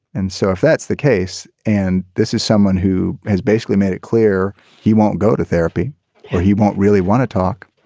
and so if that's the case and this is someone who has basically made it clear he won't go to therapy yeah he won't really want to talk.